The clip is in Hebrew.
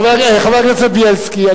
חבר הכנסת בילסקי,